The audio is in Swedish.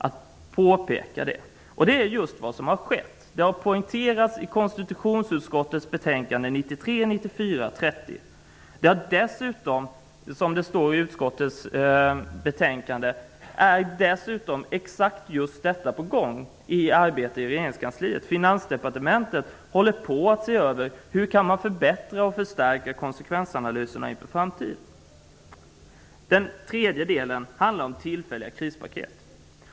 I framhålles att detta arbete är på gång i regeringskansliet. I Finansdepartementet överväger man hur konsekvensanalyserna i framtiden skall kunna förbättras och förstärkas. Den tredje delen i revisorernas förslag handlar om tillfälliga krispaket.